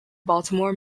baltimore